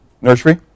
nursery